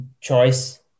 choice